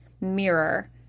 mirror